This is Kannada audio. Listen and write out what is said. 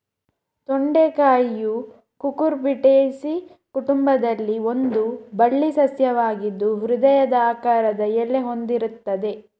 ತೊಂಡೆಕಾಯಿಯು ಕುಕುರ್ಬಿಟೇಸಿ ಕುಟುಂಬದಲ್ಲಿ ಒಂದು ಬಳ್ಳಿ ಸಸ್ಯವಾಗಿದ್ದು ಹೃದಯದ ಆಕಾರದ ಎಲೆ ಹೊಂದಿರ್ತದೆ